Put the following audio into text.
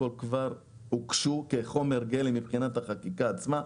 כבר הוגשו כחומר גלם מבחינת החקיקה עצמה.